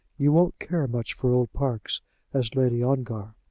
you won't care much for old parks as lady ongar.